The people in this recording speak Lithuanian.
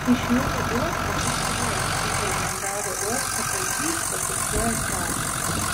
iš jūrų uosto kas savaitę į kaliningrado uostą baltijską kursuoja keltas